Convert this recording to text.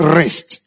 rest